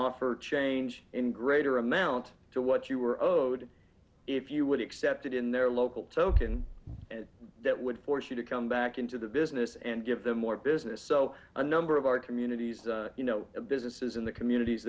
offer change in greater amount to what you were owed if you would accept it in their local token and that would force you to come back into the business and give them more business so a number of our communities you know the businesses in the communities